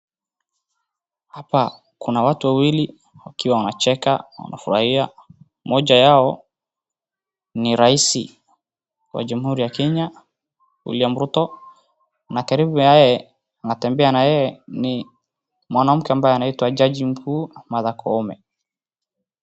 Hapa kuna watu wawili wakiwa wanacheka wanafurahia. Moja yao ni rais wa jamhuri ya Kenya William Ruto. Na karibu na yeye anatembea na yeye ni mwanamke ambaye anaitwa jaji mkuu Martha Koome.